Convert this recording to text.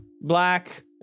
black